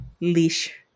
leash